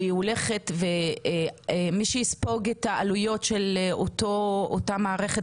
שהיא הולכת ומי שיספוג את העלויות של אותה מערכת